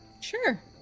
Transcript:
sure